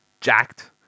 jacked